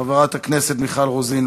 חברת הכנסת מיכל רוזין,